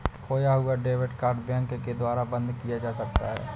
खोया हुआ debit card bank के द्वारा बंद किया जा सकता है